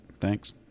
thanks